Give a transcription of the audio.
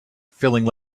feeling